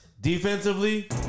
defensively